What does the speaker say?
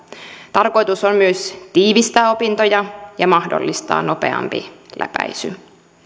tarkoitus on myös tiivistää opintoja ja mahdollistaa nopeampi läpäisy